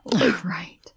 right